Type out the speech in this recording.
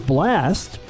Blast